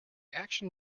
action